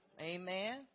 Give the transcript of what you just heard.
Amen